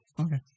Okay